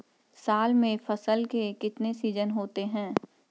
साल में फसल के कितने सीजन होते हैं?